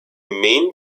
main